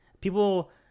People